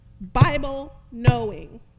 Bible-knowing